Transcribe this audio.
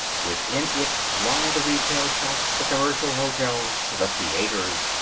within it lie the retail shops, the commercial hotels, the theaters,